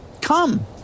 come